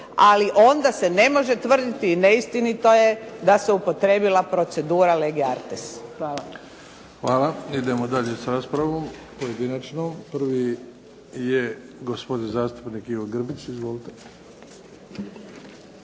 ali onda se ne može tvrditi i neistinito je da se upotrijebila procedura lege artis. Hvala. **Bebić, Luka (HDZ)** Hvala. Idemo dalje s raspravom pojedinačnom. Prvi je gospodin zastupnik Ivo Grbić. Izvolite.